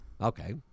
Okay